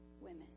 women